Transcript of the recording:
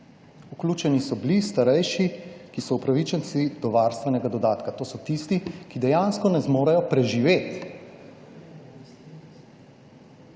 Vključeni so bili starejši, ki so upravičenci do varstvenega dodatka. To so tisti, ki dejansko ne zmorejo preživeti,